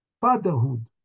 fatherhood